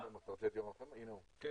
אני